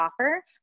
offer